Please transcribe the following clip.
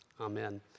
Amen